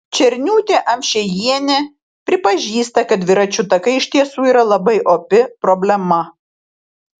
černiūtė amšiejienė pripažįsta kad dviračių takai iš tiesų yra labai opi problema